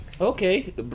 okay